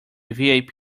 vip